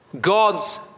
God's